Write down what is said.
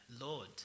Lord